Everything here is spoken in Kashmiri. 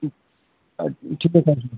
ٹھیٖک حظ چھِ سَر